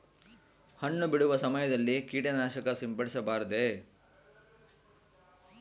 ಹಣ್ಣು ಬಿಡುವ ಸಮಯದಲ್ಲಿ ಕೇಟನಾಶಕ ಸಿಂಪಡಿಸಬಾರದೆ?